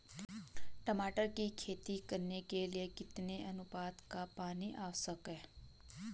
टमाटर की खेती करने के लिए कितने अनुपात का पानी आवश्यक है?